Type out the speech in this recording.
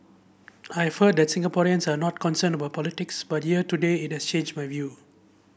I've heard that Singaporeans are not concerned about politics but here today it has changed my view